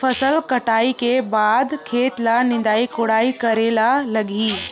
फसल कटाई के बाद खेत ल निंदाई कोडाई करेला लगही?